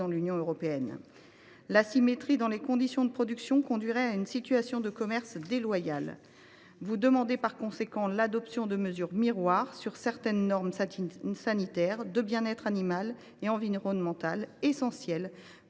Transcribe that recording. l’Union européenne. L’asymétrie des conditions de production conduirait à une situation de concurrence déloyale. Vous demandez par conséquent l’adoption de mesures miroirs sur certaines normes sanitaires, environnementales et relatives au